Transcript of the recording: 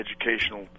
educational